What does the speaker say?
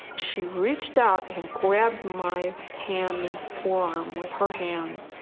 she reached out and grabbed my hand and forearm with her hands.